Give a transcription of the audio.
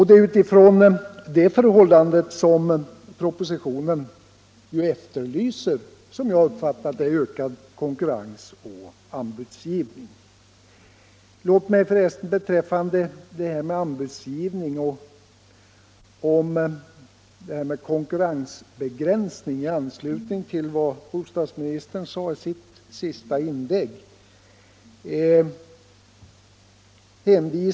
Det är utifrån detta förhållande som propositionen, som jag har uppfattat det, efterlyser ökad konkurrens och anbudsgivning. Låt mig för resten i anslutning härtill och till vad bostadsministern — Nr 28 sade i sitt senaste inlägg redogöra för hur det kan vara.